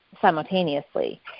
simultaneously